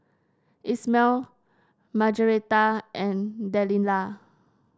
Ismael Margaretta and Delilah